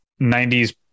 90s